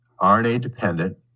RNA-dependent